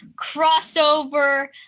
crossover